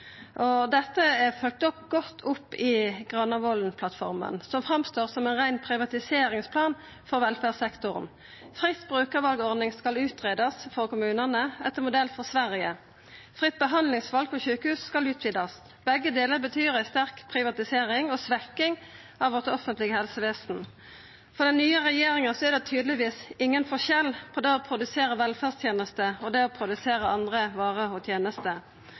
og dette er følgt godt opp i Granavolden-plattforma, som står fram som ein rein privatiseringsplan for velferdssektoren. Ei fritt brukarval-ordning skal greiast ut for kommunane etter modell frå Sverige. Fritt behandlingsval på sjukehus skal utvidast. Begge delar betyr ei sterk privatisering og svekking av vårt offentlege helsevesen. For den nye regjeringa er det tydelegvis ingen forskjell på det å produsera velferdstenester og det å produsera andre varer og tenester.